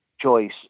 choice